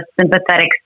sympathetic